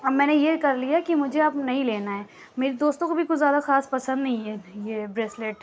اب میں نے یہ کرلیا ہے کہ مجھے اب نہیں لینا ہے میری دوستوں کو بھی کچھ زیادہ خاص پسند نہیں ہے یہ بریسلیٹ